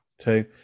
Two